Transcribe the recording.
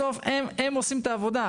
בסוף הם עושים את העבודה,